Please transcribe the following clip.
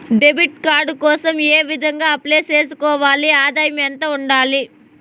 Debit card కోసం ఏ విధంగా అప్లై సేసుకోవాలి? ఆదాయం ఎంత ఉండాలి?